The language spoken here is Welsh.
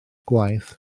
gwaith